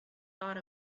thought